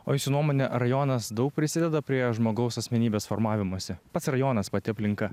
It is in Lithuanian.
o jūsų nuomone ar rajonas daug prisideda prie žmogaus asmenybės formavimosi pats rajonas pati aplinka